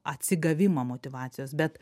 atsigavimą motyvacijos bet